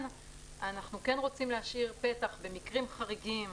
אנחנו רוצים להשאיר פתח במקרים חריגים